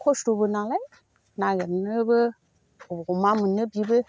खस्थ'बो नालाय नागिरनोबो अबाव मा मोननो बिबो